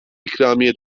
ikramiye